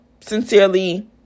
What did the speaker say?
Sincerely